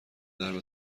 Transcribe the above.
درب